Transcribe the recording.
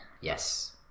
Yes